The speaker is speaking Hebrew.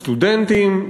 סטודנטים,